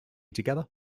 together